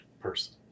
person